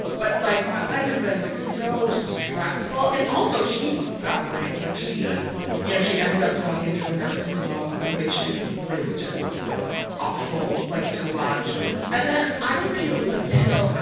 but, like, my life had been, like, so stressful. and also, she's suffering. like, she yeah you know, she ended up going into a nursing home, which is really just awful, like, to watch. yeah and then i don't think it was until,